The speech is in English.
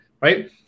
right